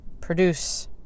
produce